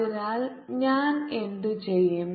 അതിനാൽ ഞാൻ എന്തു ചെയ്യും